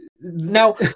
now